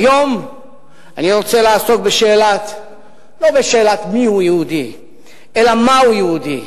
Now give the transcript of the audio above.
והיום אני רוצה לעסוק לא בשאלת מיהו יהודי אלא מהו יהודי.